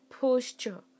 posture